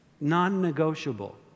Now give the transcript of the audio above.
non-negotiable